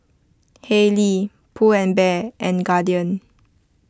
Haylee Pull and Bear and Guardian